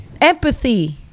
Empathy